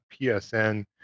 PSN